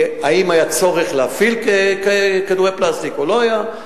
האם היה צורך להפעיל כדורי פלסטיק או לא היה,